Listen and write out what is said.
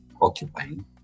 occupying